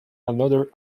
another